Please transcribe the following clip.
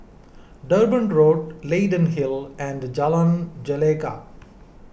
Durban Road Leyden Hill and Jalan Gelegar